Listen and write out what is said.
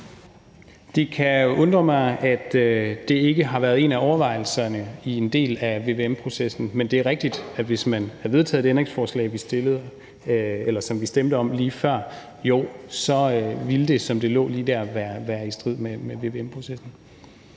Det kan jo undre mig, at det ikke har været en af overvejelserne i en del af vvm-processen. Men det er rigtigt, at det, hvis man havde vedtaget det ændringsforslag, som vi stemte om lige før, som det lå lige der, ville være i strid med vvm-processen.